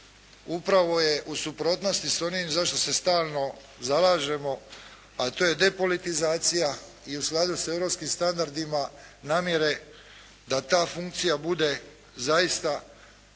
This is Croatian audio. upravo je u suprotnosti s onim zašto se stalno zalažemo a to je depolitizacija i u skladu sa europskim standardima namjere da ta funkcija bude zaista bez,